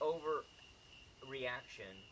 overreaction